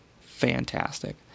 fantastic